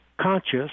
conscious